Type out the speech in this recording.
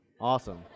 awesome